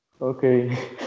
okay